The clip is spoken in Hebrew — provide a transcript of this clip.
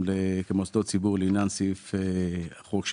כמוסדות ציבור לעניין הסעיף שבנדון.